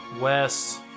West